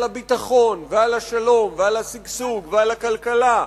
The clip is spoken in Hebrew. הביטחון ועל השלום ועל השגשוג ועל הכלכלה,